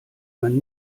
man